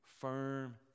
firm